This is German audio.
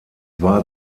war